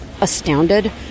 astounded